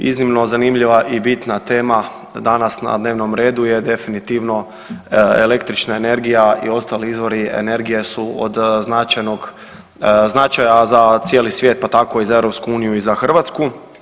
Iznimno zanimljiva i bitna tema danas na dnevnom redu je definitivno električna energija i ostali izvori energije su od značaja za cijeli svijet pa tako i za EU i za Hrvatsku.